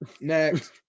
Next